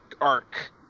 arc